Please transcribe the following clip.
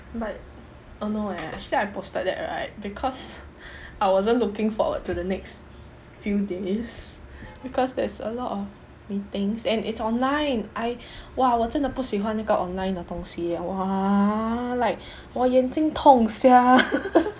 but oh no eh actually I posted that right because I wasn't looking forward to the next few days because there's a lot of meetings and its online I !wah! 我真的不喜欢那个 online 的东西 !wah! like 我眼睛痛 sia